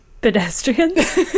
pedestrians